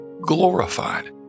glorified